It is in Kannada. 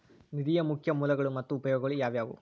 ನಿಧಿಯ ಮುಖ್ಯ ಮೂಲಗಳು ಮತ್ತ ಉಪಯೋಗಗಳು ಯಾವವ್ಯಾವು?